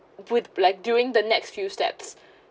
with like during the next few steps